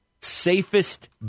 safest